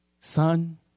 Son